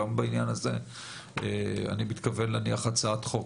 גם בעניין הזה אני מתכוון להניח הצעת חוק,